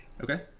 Okay